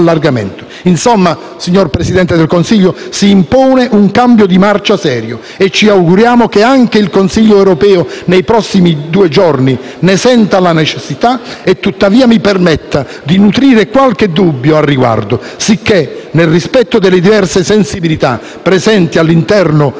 Insomma, signor Presidente del Consiglio, si impone un cambio di marcia serio e ci auguriamo che anche il Consiglio europeo nei prossimi due giorni ne senta la necessità; tuttavia, mi permetta di nutrire qualche dubbio al riguardo. Sicché, nel rispetto delle diverse sensibilità presenti all'interno del